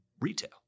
retail